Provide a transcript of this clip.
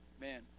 man